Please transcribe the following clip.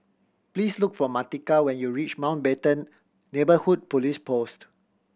please look for Martika when you reach Mountbatten Neighbourhood Police Post